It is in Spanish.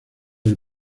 del